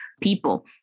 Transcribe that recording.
people